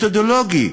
מתודולוגי.